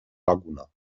laguna